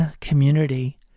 community